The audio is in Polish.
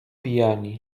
pijani